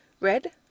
red